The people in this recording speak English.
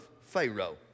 Pharaoh